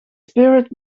spirit